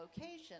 location